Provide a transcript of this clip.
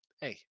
Hey